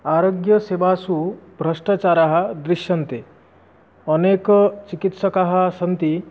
आरोग्यसेवासु भ्रष्टाचाराः दृश्यन्ते अनेकचिकित्सकाः सन्ति